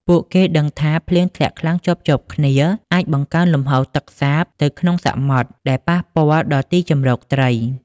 ពួកគេដឹងថា ភ្លៀងធ្លាក់ខ្លាំងជាប់ៗគ្នា អាចបង្កើនលំហូរទឹកសាបទៅក្នុងសមុទ្រ ដែលប៉ះពាល់ដល់ទីជម្រកត្រី។